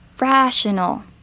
Rational